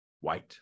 White